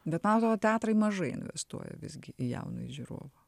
bet man atrodo teatrai mažai investuoja visgi į jaunąjį žiūrovą